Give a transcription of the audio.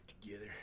together